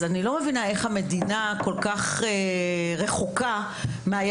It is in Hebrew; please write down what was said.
אז אני לא מבינה איך המדינה כל כך רחוק מהיעד